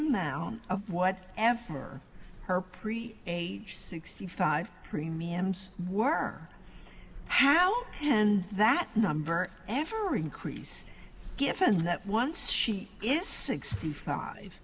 amount of what ever her pre age sixty five premiums were how and that number every increase given that once she is sixty five